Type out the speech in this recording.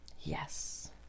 Yes